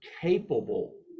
capable